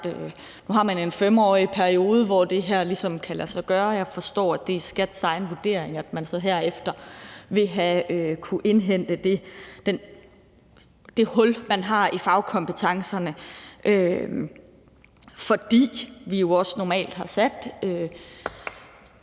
nu har en 5-årig periode, hvor det her kan lade sig gøre. Jeg forstår, at det er Skatteministeriets egen vurdering, at man så herefter vil kunne indhente det hul, man har i fagkompetencerne, fordi vi jo også normalt ud fra